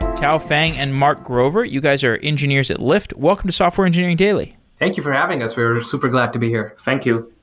tao feng and mark grover, you guys are engineers at lyft. welcome to software engineering daily thank you for having us. we are super glad to be here. thank you.